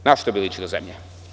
Na šta bi ličila zemlja?